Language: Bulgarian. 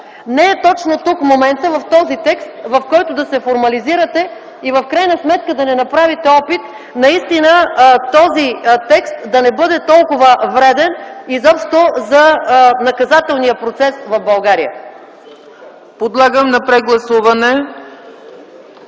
Не точно тук е моментът, в този текст да се формализирате и да не правите опит наистина този текст да не бъде толкова вреден изобщо за наказателния процес в България.